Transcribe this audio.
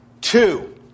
Two